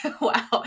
Wow